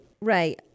Ray